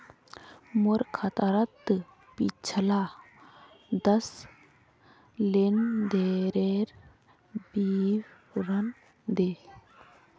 मोर खातार पिछला दस लेनदेनेर विवरण दे